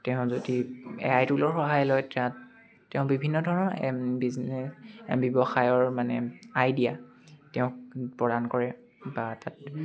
তেওঁ যদি A I টুলৰ সহায় লয় তাত তেওঁ বিভিন্ন ধৰণৰ বিজনেচ ব্যৱসায়ৰ মানে আইডিয়া তেওঁক প্ৰদান কৰে বা তাত